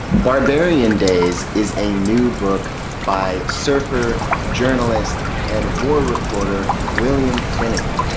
barbarian days is a new book by surfer, journalist and war reporter, william finnegan.